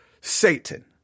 Satan